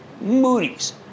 Moody's